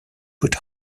put